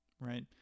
right